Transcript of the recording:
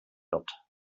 wird